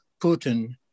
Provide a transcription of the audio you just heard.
Putin